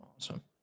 Awesome